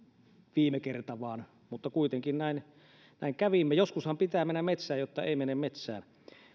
viime kerta mutta kuitenkin näin näin kävimme joskushan pitää mennä metsään jotta ei mene metsään